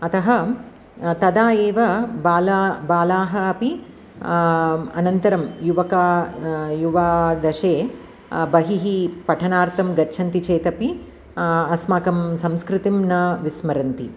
अतः तदा एव बालाः बालाः अपि अनन्तरं युवकाः युवादशे बहिः पठनार्थं गच्छन्ति चेतपि अस्माकं संस्कृतिं न विस्मरन्ति